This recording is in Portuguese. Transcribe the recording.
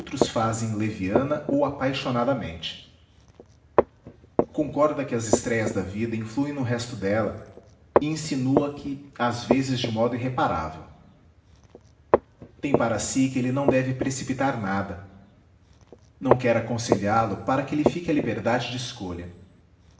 fazem leviana ou apaixonadamente concorda que as estréias da vida influem no resto dela e insinua que às vezes de modo irreparável tem para si que ele não deve precipitar nada não quer aconselhá lo para que lhe fique a liberdade de escolha